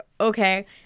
okay